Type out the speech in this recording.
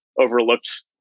overlooked